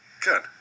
Good